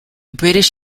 british